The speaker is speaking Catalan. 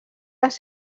les